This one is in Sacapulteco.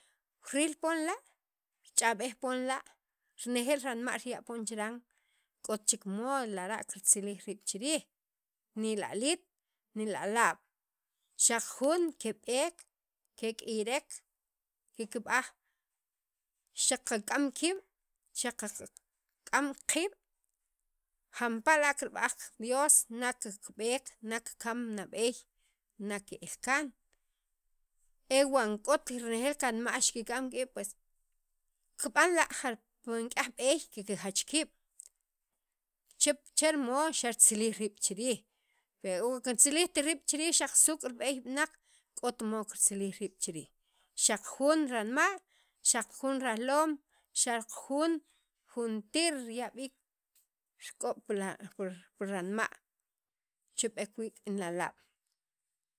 Ril poon la', rich'ab'ej poon la', renejeel ranma' riya' poon chiran, k'ot chek mod lara' kirtzilij riib' chiriij ni laliit, ni lalaab' xaj juun keb'eek, kek'iyrek kikb'aj xaqa k'am kiib' xaqa k'am qiib', jampala' la' kirb'aj li qa Dios na qqab'eek, na kikam nab'eey, na ke'l kaan, e wan k'ot renejeel kanma' xikik'am kiib' pues kikb'an la' jar pi nik'yaj b'eey kikjach kiib', chep cherimodo xartzilij riib' chi riij per o kintzilijt riib' chi riij xaq suuk' rib'eey b'anaq k'ot mod kirtzilij riib' chi riij xaq jun ranma', xaq jun rajloom, xaq jun juntir riya' b'iik k'ob' pi ranma' che b'eek wii' rik'in lalaab'.